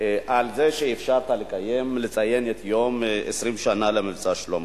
על זה שאפשרת לקיים ולציין את יום ציון 20 שנה ל"מבצע שלמה".